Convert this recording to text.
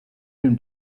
him